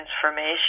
transformation